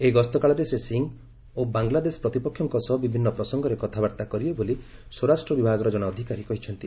ଏହି ଗସ୍ତ କାଳରେ ଶ୍ରୀ ସିଂ ଓ ବାଂଗଲାଦେଶ ପ୍ରତିପକ୍ଷଙ୍କ ସହ ବିଭିନ୍ନ ପ୍ରସଙ୍ଗରେ କଥାବାର୍ତ୍ତା କରିବେ ବୋଲି ସ୍ୱରାଷ୍ଟ୍ର ବିଭାଗର ଜଣେ ଅଧିକାରୀ କହିଛନ୍ତି